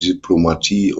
diplomatie